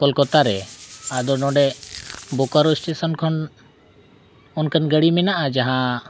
ᱠᱳᱞᱠᱟᱛᱟᱨᱮ ᱟᱫᱚ ᱱᱚᱰᱮ ᱵᱳᱠᱟᱨ ᱠᱷᱚᱱ ᱚᱱᱠᱟᱱ ᱜᱟᱹᱲᱤ ᱢᱮᱱᱟᱜᱼᱟ ᱡᱟᱦᱟᱸ